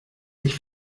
sich